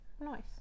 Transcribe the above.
nice